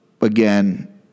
again